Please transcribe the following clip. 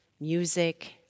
music